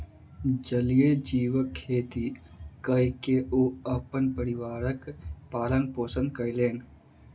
जलीय जीवक खेती कय के ओ अपन परिवारक पालन पोषण कयलैन